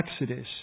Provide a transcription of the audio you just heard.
Exodus